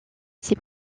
ces